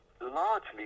largely